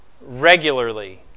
regularly